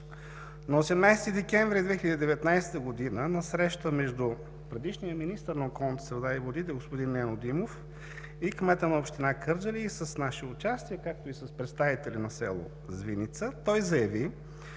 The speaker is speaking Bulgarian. На 18 декември 2019 г. на среща между предишния министър на околната среда и водите господин Нено Димов и кмета на община Кърджали с наше участие, както и с представители на село Звиница той заяви,